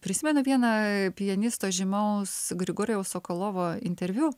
prisimenu vieną pianisto žymaus grigorijaus sokolovo interviu